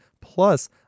Plus